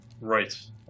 right